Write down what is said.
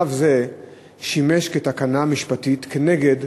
צו זה שימש כתקנה משפטית כנגד